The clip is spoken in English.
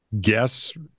guess